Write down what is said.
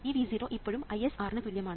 ഈ V0 ഇപ്പോഴും Is × R ന് തുല്യമാണ്